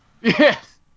Yes